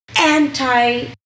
anti-